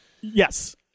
yes